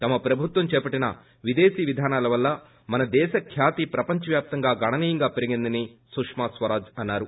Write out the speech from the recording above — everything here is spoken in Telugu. తమ ప్రభుత్వం చేపట్టిన విదేశీ విధానాల వలన మన దేశ ఖ్యాతి ప్రపంచ వ్యాప్తంగా గణన్యంగా పెరిగిందనే సుమ్మా స్వరాజ్ అన్నారు